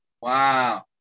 Wow